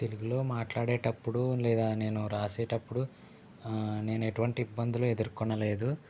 తెలుగులో మాట్లాడేటప్పుడు లేదా నేను రాసేటప్పుడు నేను ఎటువంటి ఇబ్బందులు ఎదుర్కొనలేదు